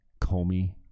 Comey